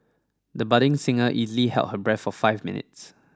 the budding singer easily held her breath for five minutes